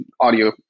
audio